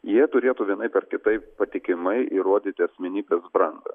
jie turėtų vienaip ar kitaip patikimai įrodyti asmenybės brandą